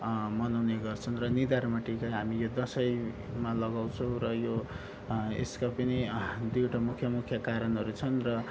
मनाउने गर्छन् र निधारमा टिका हामी यो दसैँमा लगाउँछौँ र यो यसको पनि दुईवटा मुख्य मुख्य कारणहरू छन् र